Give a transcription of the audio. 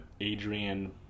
Adrian